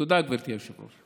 תודה, גברתי היושב-ראש.